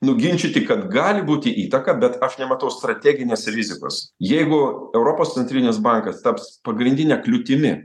nuginčyti kad gali būti įtaką bet aš nematau strateginės rizikos jeigu europos centrinis bankas taps pagrindine kliūtimi